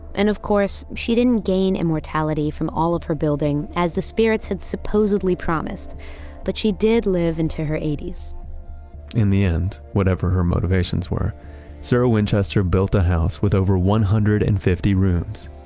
and of course, she didn't gain immortality from all of her building as the spirits had supposedly promised that but she did live into her eighties in the end, whatever her motivations were sarah winchester built a house with over one hundred and fifty rooms,